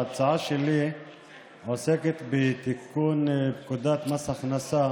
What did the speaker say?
ההצעה שלי עוסקת בתיקון פקודת מס הכנסה